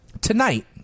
tonight